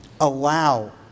allow